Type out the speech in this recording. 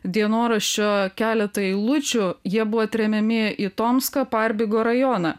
dienoraščio keletą eilučių jie buvo tremiami į tomską parbigo rajoną